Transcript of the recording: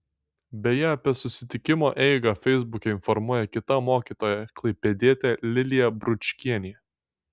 beje apie susitikimo eigą feisbuke informuoja kita mokytoja klaipėdietė lilija bručkienė